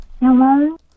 Hello